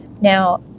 Now